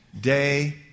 day